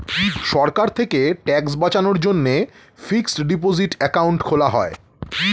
সরকার থেকে ট্যাক্স বাঁচানোর জন্যে ফিক্সড ডিপোসিট অ্যাকাউন্ট খোলা যায়